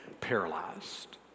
paralyzed